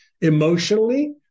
emotionally